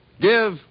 Give